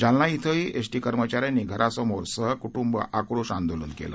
जालना शिंही एसटी कर्मचाऱ्यांनी घरासमोर सहकुटुंब आक्रोश आंदोलन केलं